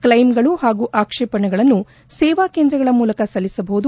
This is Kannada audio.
ಕ್ಲೈಮ್ ಗಳು ಹಾಗೂ ಆಕ್ಷೇಪಣೆಗಳನ್ನು ಸೇವಾ ಕೇಂದ್ರಗಳ ಮೂಲಕ ಸಲ್ಲಿಸಬಹುದು